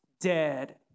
dead